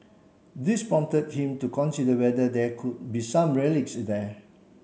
this prompted him to consider whether there could be some relics there